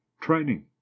Training